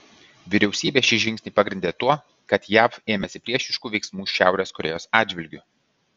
vyriausybė šį žingsnį pagrindė tuo kad jav ėmėsi priešiškų veiksmų šiaurės korėjos atžvilgiu